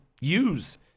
use